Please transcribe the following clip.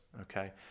Okay